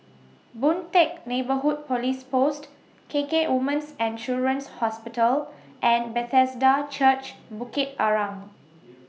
Boon Teck Neighbourhood Police Post K K Women's and Children's Hospital and Bethesda Church Bukit Arang